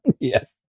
Yes